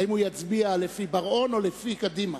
האם הוא יצביע לפי בר-און או לפי קדימה?